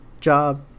job